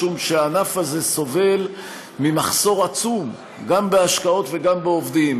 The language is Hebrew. משום שהענף הזה סובל ממחסור עצום גם בהשקעות וגם בעובדים.